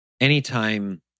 anytime